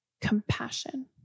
compassion